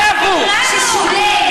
ששולל,